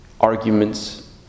arguments